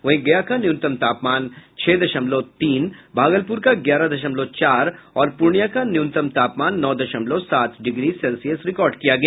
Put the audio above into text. वहीं गया का न्यूनतम तापमान छह दशमलव तीन भागलपुर का ग्यारह दशमलव चार और पूर्णिया का न्यूनतम तापमान नौ दशमलव सात डिग्री सेल्सियस रिकार्ड किया गया